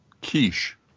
Quiche